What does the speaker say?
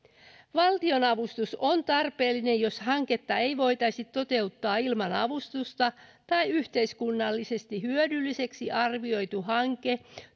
valtionavustus on tarpeellinen jos hanketta ei voitaisi toteuttaa ilman avustusta tai yhteiskunnallisesti hyödylliseksi arvioitu hanke